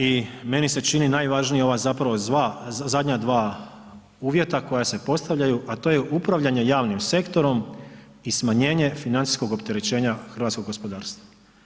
I meni se čini najvažnije ova zapravo zdanja dva uvjeta koja se postavljaju a to je upravljanje javnim sektorom i smanjenje financijskog opterećenja hrvatskog gospodarstva.